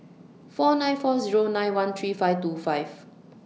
four nine four Zero nine one three five two five